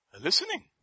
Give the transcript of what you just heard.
Listening